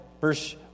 Verse